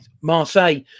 Marseille